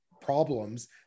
problems